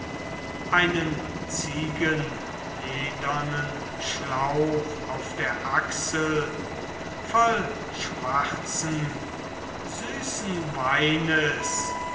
einen ziegenledernen schlauch auf der achsel voll schwarzen süßen weines